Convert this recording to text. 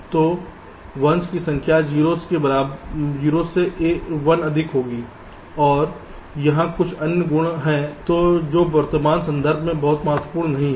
तो 1s की संख्या 0s की संख्या से 1 अधिक होगी और यहां कुछ अन्य गुण भी हैं जो वर्तमान संदर्भ में बहुत महत्वपूर्ण नहीं हैं